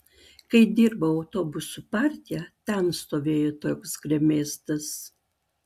kai dirbau autobusų parke ten stovėjo toks gremėzdas